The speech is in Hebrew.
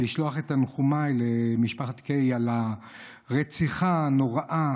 לשלוח את תנחומי למשפחת קיי על הרציחה הנוראה